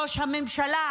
ראש הממשלה,